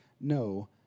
no